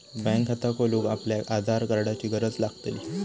bank खाता खोलूक आपल्याक आधार कार्डाची गरज लागतली